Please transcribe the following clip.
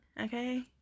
okay